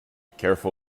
careful